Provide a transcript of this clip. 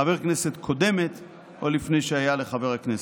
חבר כנסת קודמת או לפני שהיה לחבר הכנסת".